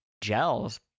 gels